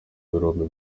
birombe